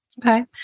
Okay